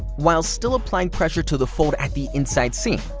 while still applying pressure to the fold at the inside seam,